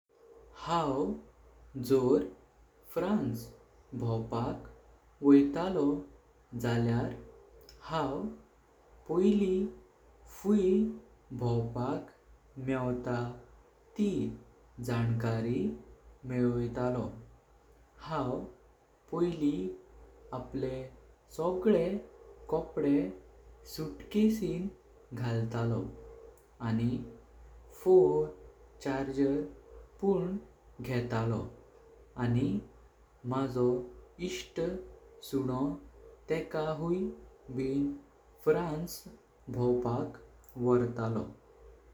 हाव जोर फ्रान्स भावपाक वोइतलो जाल्यार हाव पोईली फूई भावपाक मेवता ती जानकरी मेवतालो। हाव पोईली आपले सगळे कोपडे सूटकासिन घालतलो। आणि फोन, चार्जर पण घेतलो आणि माजो इष्ट सुनो टेक हुवीं बिन फ्रान्स भावपाक वोर्तालो।